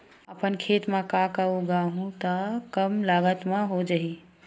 अपन खेत म का का उगांहु त कम लागत म हो जाही?